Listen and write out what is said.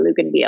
Luganville